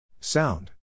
Sound